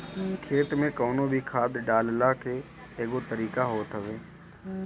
खेत में कवनो भी खाद डालला के एगो तरीका होत हवे